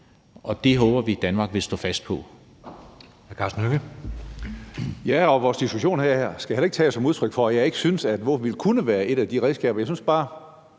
det håber vi Danmark vil stå fast på.